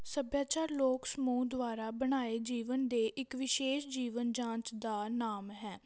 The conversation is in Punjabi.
ਸੱਭਿਆਚਾਰ ਲੋਕ ਸਮੂਹ ਦੁਆਰਾ ਬਣਾਏ ਜੀਵਨ ਦੇ ਇੱਕ ਵਿਸ਼ੇਸ਼ ਜੀਵਨ ਜਾਂਚ ਦਾ ਨਾਮ ਹੈ